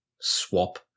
swap